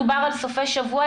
דובר על סופי שבוע,